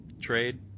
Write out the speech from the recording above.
trade